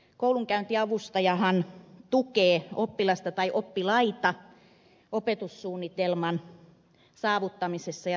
koulunkäyntiavustajahan tukee oppilasta tai oppilaita opetussuunnitelman saavuttamisessa ja toteuttamisessa